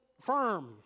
firm